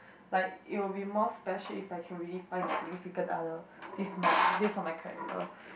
like it will be more special if I can really find my significant other based my based on my character